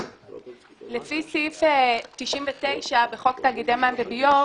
לגבי אמות מידע לפי סעיף 99 בחוק תאגידי מים וביוב,